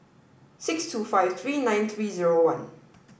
six two five three nine three zero one